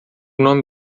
nome